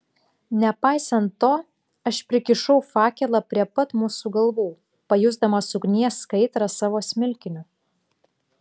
nepaisant to aš prikišau fakelą prie pat mūsų galvų pajusdamas ugnies kaitrą savo smilkiniu